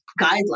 guidelines